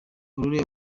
aurore